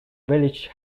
village